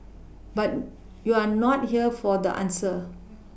but you're not here for the answer